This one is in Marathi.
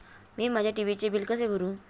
मी माझ्या टी.व्ही चे बिल कसे भरू?